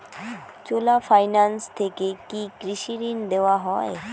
চোলা finance থেকে কি কৃষি ঋণ দেওয়া হয়?